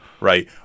right